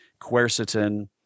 quercetin